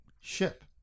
ship